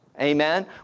Amen